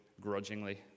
grudgingly